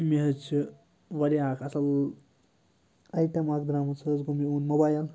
مےٚ حظ چھِ واریاہ اَکھ اَصٕل آیٹَم اَکھ درٛامُت سُہ حظ گوٚو میون موبایل